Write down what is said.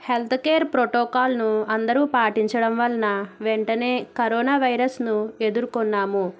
healthcare ప్రోటోకాల్ను అందరూ పాటించడం వలన వెంటనే కరోనా వైరస్ను ఎదుర్కొన్నాము